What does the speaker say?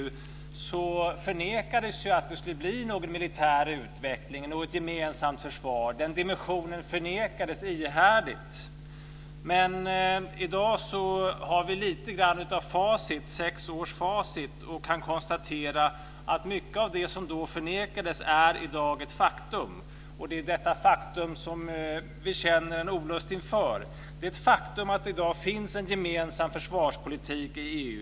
Då förnekades ju att det skulle bli en militär utveckling och ett gemensamt försvar - den dimensionen förnekades ihärdigt. Men i dag har vi lite grann av facit. Vi har ju sex års facit och kan konstatera att mycket av det som då förnekades i dag är ett faktum. Det är detta som vi känner en olust inför. Det är ett faktum att det i dag finns en gemensam försvarspolitik i EU.